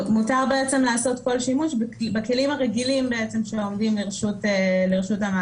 מותר בעצם לעשות כל שימוש בכלי בכלים הרגילים שעומדים לרשות המעביד.